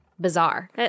bizarre